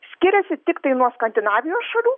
skiriasi tiktai nuo skandinavijos šalių